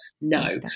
No